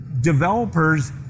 developers